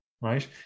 right